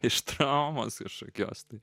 ištraukiamas iš kokios tai